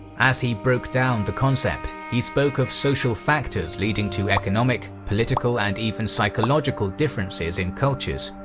as he broke down the concept, he spoke of social factors leading to economic, political, and even psychological differences in cultures.